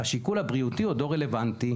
השיקול הבריאותי עודו רלוונטי,